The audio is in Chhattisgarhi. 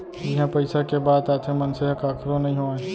जिहाँ पइसा के बात आथे मनसे ह कखरो नइ होवय